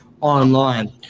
online